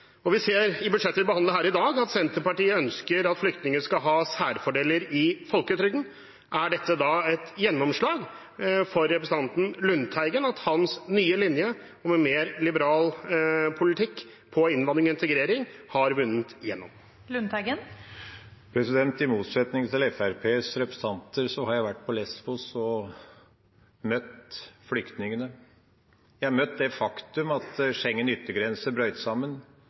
Vi ser i budsjettet vi behandler her i dag, at Senterpartiet ønsker at flyktninger skal ha særfordeler i folketrygden. Er dette et gjennomslag for representanten Lundteigen – har hans nye linje med en mer liberal politikk på innvandrings- og integreringsfeltet vunnet igjennom? I motsetning til Fremskrittspartiets representanter har jeg vært på Lésvos og møtt flyktningene. Jeg har møtt det faktum at Schengens yttergrenser brøt sammen,